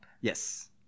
Yes